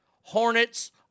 hornets